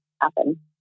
happen